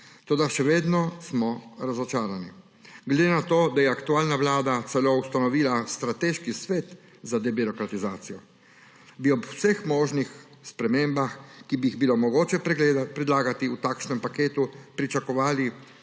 Toda še vedno smo razočarani. Ker je aktualna vlada celo ustanovila Strateški svet za debirokratizacijo, bi ob vseh možnih spremembah, ki bi jih bilo mogoče predlagati v takšnem paketu, pričakovali